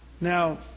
Now